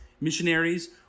missionaries